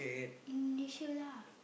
Indonesia lah